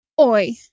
Oi